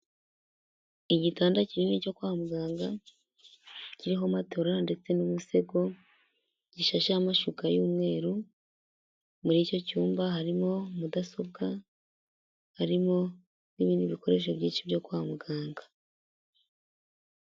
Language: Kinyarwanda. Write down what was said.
Igitanda kinini cyo kwa muganga kiriho matora ndetse n'umusego gishasheho amashuka y'umweru. Muri icyo cyumba harimo mudasobwa harimo n'ibindi bikoresho byinshi byo kwa muganga.